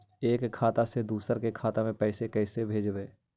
एक खाता से दुसर के खाता में पैसा कैसे भेजबइ?